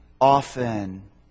often